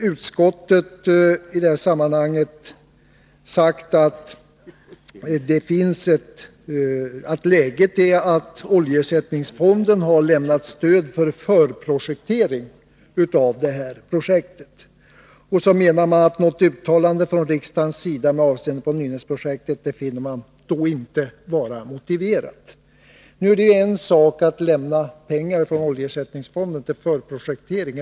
Utskottet har i detta sammanhang sagt att läget nu är sådant att oljeersättningsfonden har lämnat stöd för förprojektering av detta projekt. Utskottet finner inte något uttalande från riksdagens sida med avseende på Nynäsprojektet motiverat. Nu är det en sak att lämna pengar från oljeersättningsfonden för förprojektering.